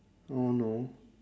I don't know